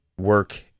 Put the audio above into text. work